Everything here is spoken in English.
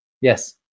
Yes